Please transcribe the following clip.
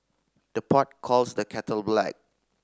the pot calls the kettle black